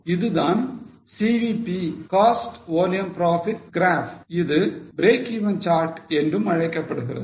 இது தான் CVP Cost Volume Profit graph இது breakeven chart என்றும் அழைக்கப்படுகிறது